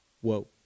Whoa